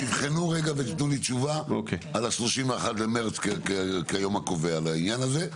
תבחנו ותנו לי תשובה לגבי ה-31 במרס כיום הקובע לעניין הזה.